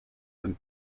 than